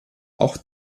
auch